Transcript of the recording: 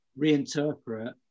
reinterpret